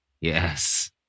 yes